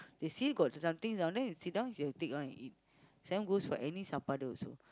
they see got something down there they sit down they will take one and eat same goes for any also